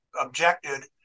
objected